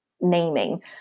naming